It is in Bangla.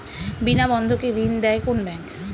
বিনা বন্ধকে ঋণ দেয় কোন ব্যাংক?